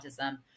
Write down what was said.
autism